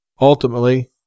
ultimately